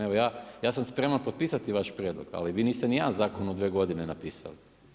Evo ja sam spreman potpisati vaš prijedlog ali vi niste ni jedan zakon u dvije godine napisali.